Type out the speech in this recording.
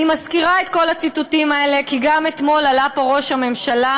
אני מזכירה את כל הציטוטים האלה כי גם אתמול עלה פה ראש הממשלה.